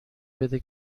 بده